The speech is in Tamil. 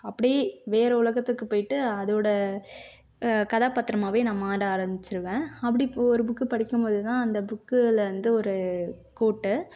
அப்படியே வேறு உலகத்துக்கு போய்விட்டு அதோட கதாபாத்திரமாகவே நான் மாற ஆரமிச்சுருவேன் அப்படி ஒரு புக்கு படிக்கும்போதுதான் அந்த புக்கிலேருந்து ஒரு கோட்டு